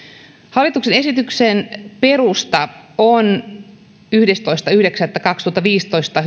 hallituksen esityksen perusta on hallituksen yhdestoista yhdeksättä kaksituhattaviisitoista